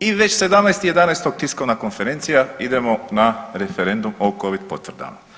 i već 17.11. tiskovna konferencija idemo na referendum o covid potvrdama.